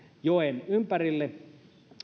joen ympärille